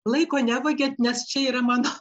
laiko nevagiat nes čia yra mano